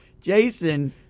Jason